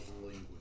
language